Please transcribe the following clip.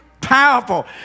powerful